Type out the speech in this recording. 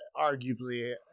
arguably